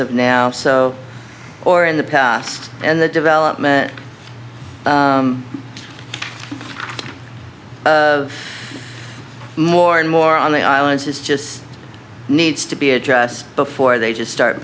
of now so or in the past and the development of more and more on the island is just needs to be addressed before they just start